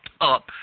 up